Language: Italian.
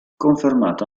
confermato